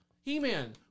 He-Man